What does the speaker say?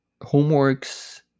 homeworks